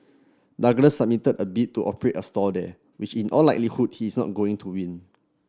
Douglas submitted a bid to operate a stall there which in all likelihood he is not going to win